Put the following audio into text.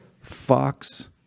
Fox